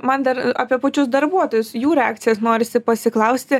man dar apie pačius darbuotojus jų reakcijas norisi pasiklausti